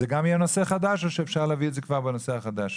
זה גם יהיה נושא חדש או שאפשר להביא את זה כבר בנושא החדש,